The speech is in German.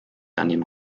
annehmen